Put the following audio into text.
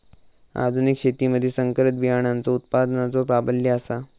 आधुनिक शेतीमधि संकरित बियाणांचो उत्पादनाचो प्राबल्य आसा